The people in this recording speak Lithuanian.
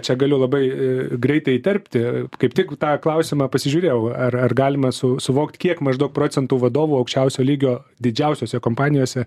čia galiu labai e greitai įterpti kaip tik tą klausimą pasižiūrėjau ar ar galima su suvokt kiek maždaug procentų vadovų aukščiausio lygio didžiausiose kompanijose